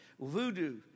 Voodoo